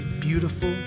beautiful